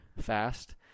fast